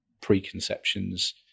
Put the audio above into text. preconceptions